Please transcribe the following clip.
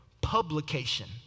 publication